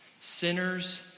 Sinners